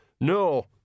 No